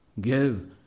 give